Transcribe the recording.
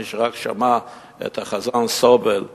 מי שרק שמע את החזן סובל ברדיו,